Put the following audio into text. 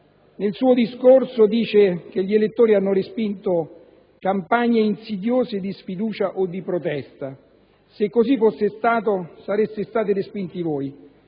Nel suo discorso ha detto che gli elettori hanno respinto campagne insidiose di sfiducia o di protesta. Se così fosse stato sareste stati respinti voi,